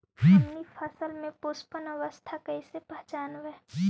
हमनी फसल में पुष्पन अवस्था कईसे पहचनबई?